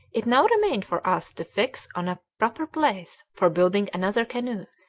it now remained for us to fix on a proper place for building another canoe,